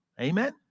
Amen